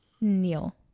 Neil